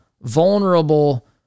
vulnerable